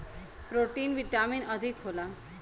protein vitamin अधिक होला